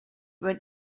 run